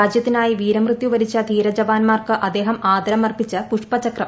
രാജ്യത്തിനായി വീരമൃത്യുവരിച്ച ധീരജവാൻമാർക്ക് അദ്ദേഹം ആദരമർപ്പിച്ച് പുഷ്പ ചക്രം